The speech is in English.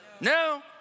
no